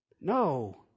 No